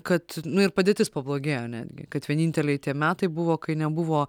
kad nu ir padėtis pablogėjo netgi kad vieninteliai tie metai buvo kai nebuvo